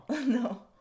no